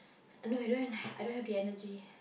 no I don't have I don't have the energy